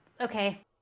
Okay